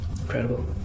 Incredible